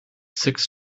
six